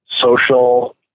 social